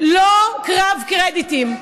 לא קרב קרדיטים.